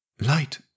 Light